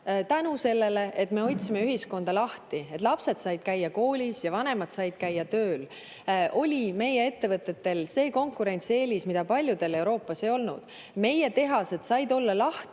tänu sellele, et me hoidsime ühiskonda lahti ning lapsed said käia koolis ja vanemad said käia tööl, oli meie ettevõtetel see konkurentsieelis, mida paljudel Euroopas ei olnud. Meie tehased said olla lahti,